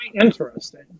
interesting